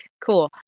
Cool